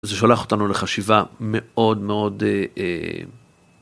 זה שולח אותנו לחשיבה מאוד מאוד.